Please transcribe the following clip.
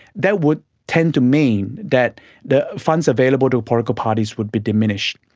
that would tend to mean that the funds available to political parties would be diminished.